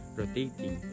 rotating